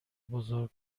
بزرگ